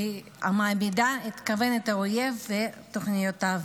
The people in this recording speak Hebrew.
מעמידה את כוונות האויב ואת תוכניותיו.